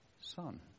son